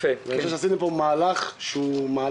אני חושב שעשיתם פה מהלך מצוין.